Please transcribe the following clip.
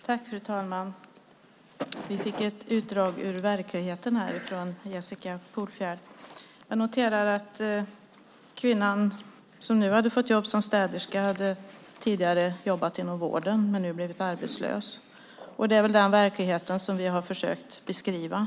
Fru talman! Vi fick ett utdrag ur verkligheten från Jessica Polfjärd. Jag noterade att den kvinna som nu fått jobb som städerska tidigare hade jobbat inom vården men blivit arbetslös. Det är väl den verkligheten som vi har försökt beskriva.